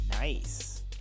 Nice